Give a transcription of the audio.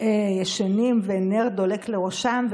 ישנים ונר דולק לראשם,